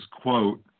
quote